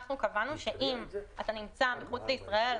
אנחנו קבענו שאם אתה נמצא מחוץ לישראל